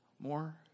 More